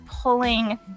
pulling